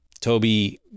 Toby